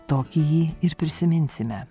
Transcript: tokį jį ir prisiminsime